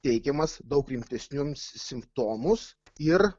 teikiamas daug rimtesniums simptomus ir